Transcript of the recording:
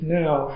now